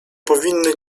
powinny